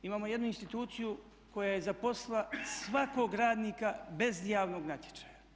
Imamo jednu instituciju koja je zaposlila svakog radnika bez javnog natječaja.